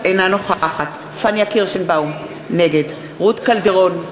אינה נוכחת פניה קירשנבאום, נגד רות קלדרון,